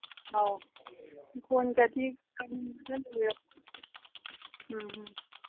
ꯑꯧ ꯏꯪꯈꯣꯟꯀꯥꯗꯤ ꯎꯝ ꯎꯝ